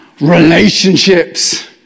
Relationships